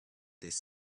this